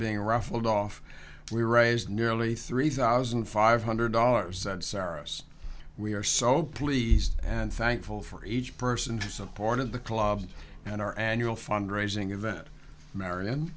being ruffled off we raised nearly three thousand five hundred dollars saros we are so pleased and thankful for each person who supported the club and our annual fund raising event marian